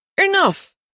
Enough